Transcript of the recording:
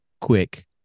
quick